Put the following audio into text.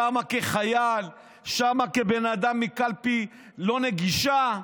שם כחייל, שם כבן אדם מקלפי לא נגישה?